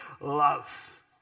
love